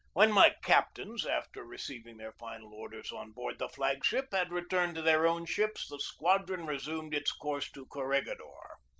when my captains, after receiving their final orders on board the flag-ship, had returned to their own ships, the squadron resumed its course to cor regidor.